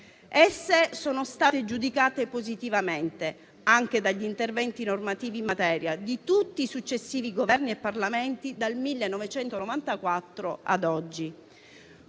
Esse sono state giudicate positivamente anche dagli interventi normativi in materia da parte di tutti i successivi Governi e Parlamenti, dal 1994 ad oggi.